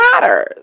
matters